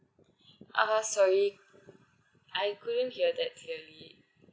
ah sorry I couldn't hear that clearly